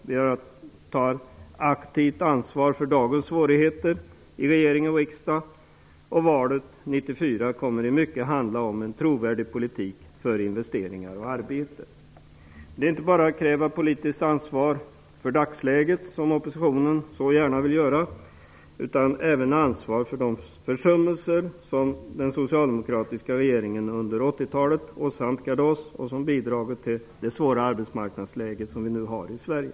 Vi tar också aktivt vårt ansvar för dagens svårigheter i regering och riksdag. Valet 1994 kommer i mycket att handla om en trovärdig politik för investeringar och arbete. Det gäller att kräva politiskt ansvar inte bara för dagsläget, som oppositionen så gärna vill göra, utan även för de försummelser som den socialdemokratiska regeringen under 80-talet gjorde sig skyldig till och som bidragit till det svåra arbetsmarknadsläge som vi nu har i Sverige.